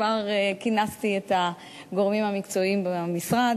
כבר כינסתי את הגורמים המקצועיים במשרד